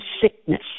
sickness